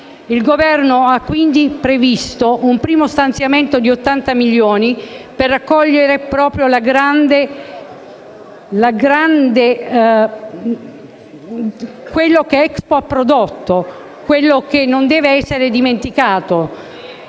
Il Governo ha, quindi, previsto un primo stanziamento di 80 milioni per raccogliere proprio quanto Expo ha prodotto, e che non deve essere dimenticato,